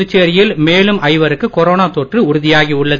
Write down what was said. புதுச்சேரியில் மேலும் ஐவருக்கு கொரோனா தொற்று உறுதியாகி உள்ளது